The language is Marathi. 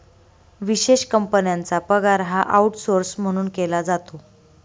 विशेष कंपन्यांचा पगार हा आऊटसौर्स म्हणून केला जातो